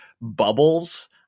bubbles